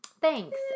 thanks